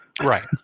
Right